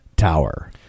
Tower